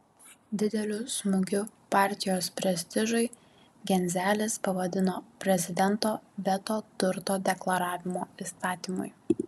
dideliu smūgiu partijos prestižui genzelis pavadino prezidento veto turto deklaravimo įstatymui